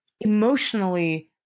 emotionally